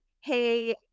hey